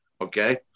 okay